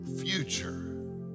future